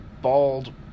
bald